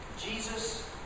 Jesus